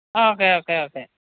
okay okay okay